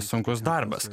sunkus darbas